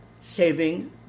saving